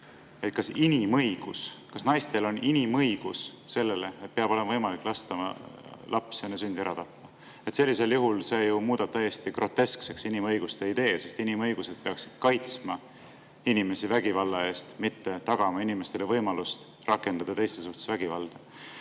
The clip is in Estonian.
on inimõigus. Kas naistel on inimõigus sellele, et peab olema võimalik lasta oma laps enne sündi ära tappa? See ju muudab inimõiguste idee täiesti groteskseks, sest inimõigused peaksid kaitsma inimesi vägivalla eest, mitte tagama inimestele võimalust rakendada teiste suhtes vägivalda.